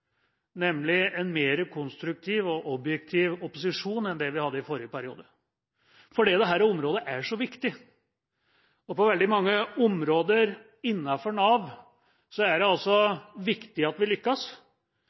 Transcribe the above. nemlig en mer konstruktiv og objektiv opposisjon enn det vi hadde i forrige periode. For dette området er så viktig, og på veldig mange områder innenfor Nav er det viktig at vi lykkes.